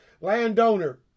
Landowner